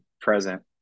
present